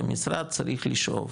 המשרד צריך לשאוף